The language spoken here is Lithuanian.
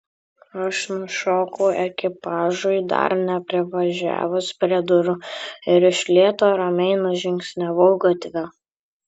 aš nušokau ekipažui dar neprivažiavus prie durų ir iš lėto ramiai nužingsniavau gatve